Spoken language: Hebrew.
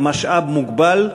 זה משאב מוגבל,